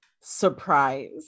surprise